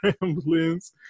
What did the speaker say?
Ramblings